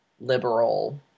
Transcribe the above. liberal